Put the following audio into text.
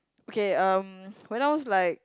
okay um when I was like